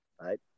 right